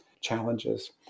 challenges